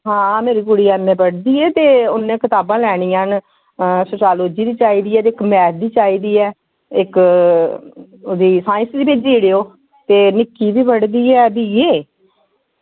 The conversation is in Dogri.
हां मेरी कुड़ी एम ए पढ़दी ऐ ते उन्नै कताबां लैनियां न सोशालॉजी दी चाहिदी ऐ ते इक मैथ दी चाहिदी ऐ इक ओह्दी साईंस दी भेजी ओड़ेओ ते निक्की बी पढ़दी ऐ बी ए